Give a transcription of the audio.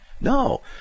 No